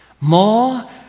More